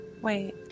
Wait